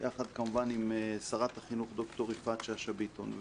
תחת כמובן שרת החינוך ד"ר יפעת שאשא ביטון.